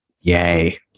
Yay